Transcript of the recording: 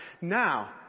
now